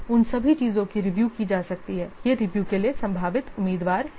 उन सभी चीजों की रिव्यू की जा सकती है ये रिव्यू के लिए संभावित उम्मीदवार हैं